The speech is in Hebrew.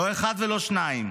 לא אחד, לא שניים.